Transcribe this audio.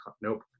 nope